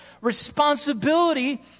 responsibility